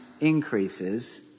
increases